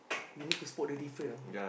we need to spot the different you know